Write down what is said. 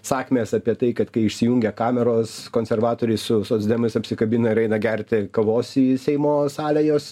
sakmės apie tai kad kai išsijungia kameros konservatoriai su socdemais apsikabina ir eina gerti kavos į seimo salę jos